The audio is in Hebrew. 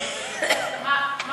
איך אתה מסביר את זה?